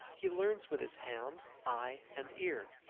he learns with his hand, eye, and ear,